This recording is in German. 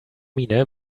miene